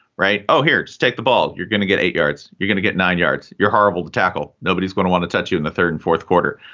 right? oh, here, take the ball. you're gonna get eight yards. you're gonna get nine yards. you're horrible to tackle. nobody's going to want to touch you in the third and fourth quarter.